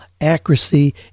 accuracy